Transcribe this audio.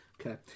okay